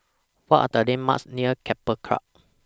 What Are The landmarks near Keppel Club